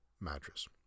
mattress